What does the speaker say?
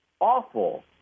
awful